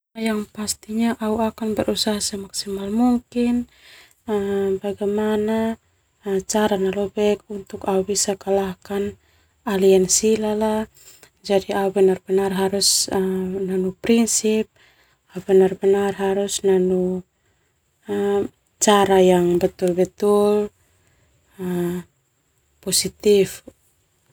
Au akan berusaha bagaimana cara na lo bek untuk au kalahkan alien sila jadi au benar-benar harus nanu prinsip au nanu cara yang betul-betul positif.